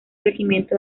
regimiento